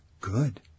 Good